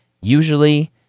Usually